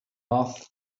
love